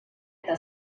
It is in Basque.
eta